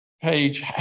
page